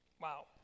Wow